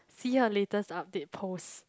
see her latest update post